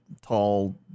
tall